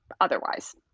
otherwise